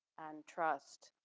and trust.